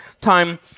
time